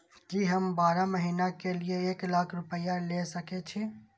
की हम बारह महीना के लिए एक लाख रूपया ले सके छी?